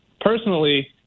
personally